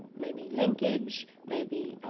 maybe linkage, maybe,